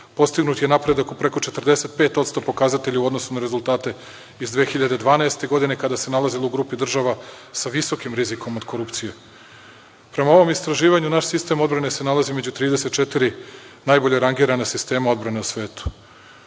Postignut je napredak u preko 45% pokazatelja u odnosu na rezultate iz 2012. godine, kada se nalazila u grupi država sa visokim rizikom od korupcije. Prema ovom istraživanju, naš sistem odbrane se nalazi među 34 najbolje rangirana sistema odbrane u svetu. Nemam